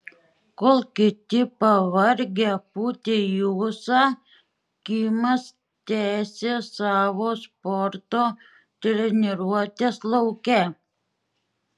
kol kiti pavargę pūtė į ūsą kimas tęsė savo sporto treniruotes lauke